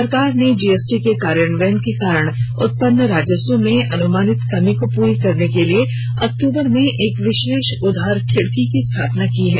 सरकार ने जीएसटी के कार्यान्वयन के कारण उत्पन्न राजस्व में अनुमानित कमी को पूरा करने के लिए अक्टूबर में एक विशेष उधार खिड़की की स्थापना की है